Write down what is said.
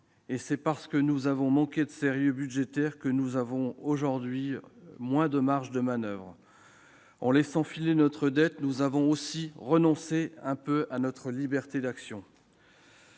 C'est parce que nous avons manqué de sérieux budgétaire que nous avons moins de marges de manoeuvre. En laissant filer notre dette, nous avons aussi un peu renoncé à notre liberté d'action.